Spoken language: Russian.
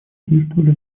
действовали